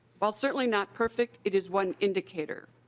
while certainly not perfect it is one indicator.